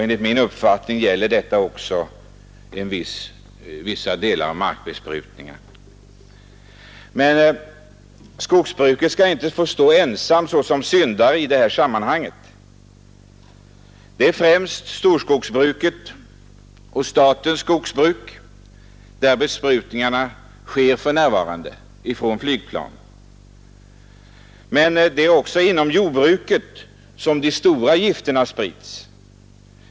Enligt min uppfattning gäller detta också i fråga om vissa markbesprutningar. Men skogsbruket skall inte stå ensamt som syndare i det här sammanhanget. För närvarande sker besprutningarna från flygplan främst inom storskogsbruket — även statens skogsbruk — men det är inom jordbruket som de stora giftmängderna sprids.